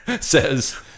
says